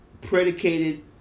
predicated